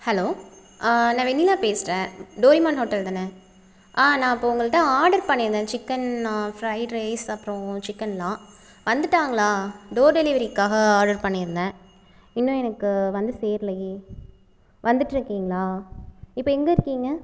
hello நான் வெண்ணிலா பேசுகிறேன் டோரிமான் ஹோட்டல் தானே ஆ நான் இப்போ உங்கள்கிட்ட ஆர்டர் பண்ணிருந்தேன் சிக்கன் ஃப்ரைடு ரைஸ் அப்புறம் சிக்கன்லாம் வந்துவிட்டாங்களா டோர் டெலிவரிக்காக ஆர்டர் பண்ணிருந்தேன் இன்னும் எனக்கு வந்து சேரலையே வந்துகிட்டுருக்கீங்களா இப்போ எங்கே இருக்கீங்க